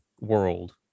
world